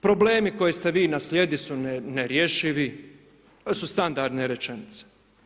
Problemi koje ste vi naslijedili su nerješivi, to su standardne rečenice.